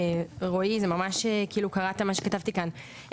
רועי זה ממש כאילו קראת את מה שכתבתי כאן.